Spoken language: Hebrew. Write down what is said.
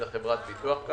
זה חברת ביטוח.